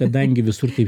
kadangi visur taip